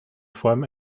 form